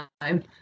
time